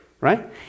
right